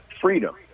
freedom